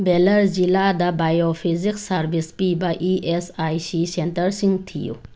ꯕꯦꯂꯔ ꯖꯤꯜꯂꯥꯗ bio physics service ꯄꯤꯕ E S I C ꯁꯦꯟꯇꯔꯁꯤꯡ ꯊꯤꯌꯨ